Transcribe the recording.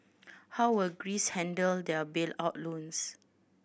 how will Greece handle their bailout loans